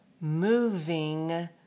moving